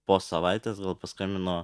po savaitės paskambino